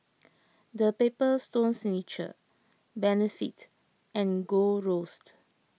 the Paper Stone Signature Benefit and Gold Roast